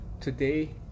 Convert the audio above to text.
today